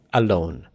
alone